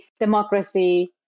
democracy